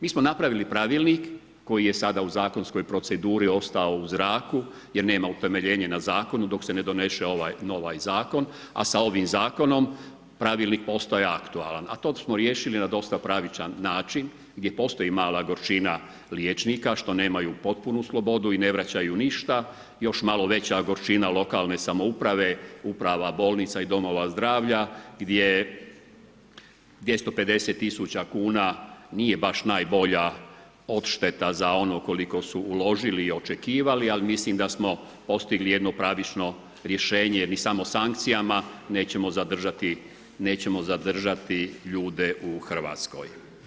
Mi smo napravili pravilnik koji je sada u zakonskoj proceduri ostao u zraku jer nema utemeljenja na zakonu dok se ne donese ovaj zakon, a sa ovim zakonom pravilnik postaje aktualan a to smo riješili na dosta pravičan način gdje postoji mala gorčina liječnika što nemaju potpunu slobodu i ne vraćaju ništa, još malo veća gorčina lokalne samouprave, uprava bolnica i domova zdravlja gdje 250 000 kuna nije baš najbolja odšteta za ono koliko su uložili i očekivali ali mislim da smo postigli jedno pravično rješenje jer mi samo sankcijama nećemo zadržati ljude u Hrvatskoj.